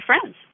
friends